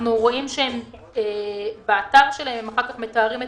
נציגי העמותה אומרים שהם לא יוצאים לשטח באופן סדיר,